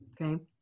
Okay